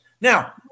Now